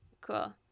Cool